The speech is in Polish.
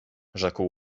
rzekł